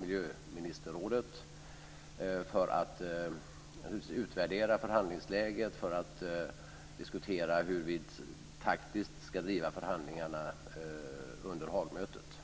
miljöministerrådet, för att utvärdera förhandlingsläget, för att diskutera hur vi taktiskt ska driva förhandlingarna under Haagmötet.